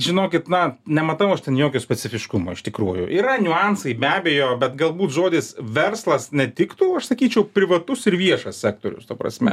žinokit na nematau aš ten jokio specifiškumo iš tikrųjų yra niuansai be abejo bet galbūt žodis verslas netiktų aš sakyčiau privatus ir viešas sektorius ta prasme